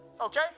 Okay